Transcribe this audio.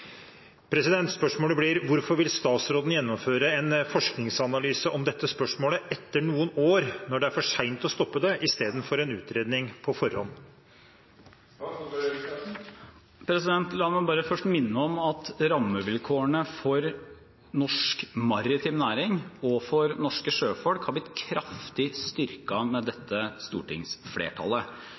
Hvorfor vil statsråden gjennomføre en forskningsanalyse om dette spørsmålet etter noen år når det er for seint å stoppe det, i stedet for en utredning på forhånd?» La meg bare først minne om at rammevilkårene for norsk maritim næring og for norske sjøfolk har blitt kraftig styrket med dette stortingsflertallet.